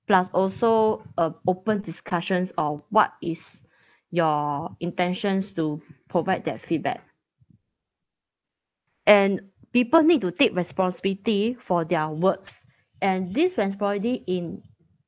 plus also a open discussions or what is your intentions to provide that feedback and people need to take responsibility for their words and these responsibility in